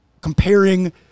comparing